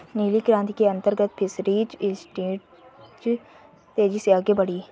नीली क्रांति के अंतर्गत फिशरीज इंडस्ट्री तेजी से आगे बढ़ी